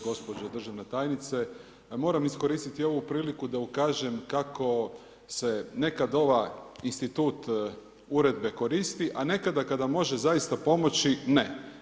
Gospođo državna tajnice, moram iskoristiti ovu priliku da ukažem kako se nekad ovaj institut uredbe koristi, a nekada kada može zaista pomoći ne.